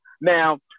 Now